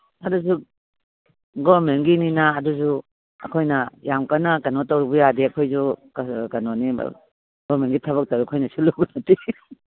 ꯑꯗꯨꯁꯨ ꯒꯣꯔꯃꯦꯟꯒꯤꯅꯤꯅ ꯑꯗꯨꯁꯨ ꯑꯩꯈꯣꯏꯅ ꯌꯥꯝ ꯀꯟꯅ ꯀꯩꯅꯣ ꯇꯧꯔꯨꯕ ꯌꯥꯗꯦ ꯑꯩꯈꯣꯏꯁꯨ ꯀꯩꯅꯣꯅꯤ ꯒꯣꯔꯃꯦꯟꯒꯤ ꯊꯕꯛ ꯇꯧꯔ ꯑꯩꯈꯣꯏꯅ ꯁꯤꯜꯂꯨꯕ ꯅꯠꯇꯦ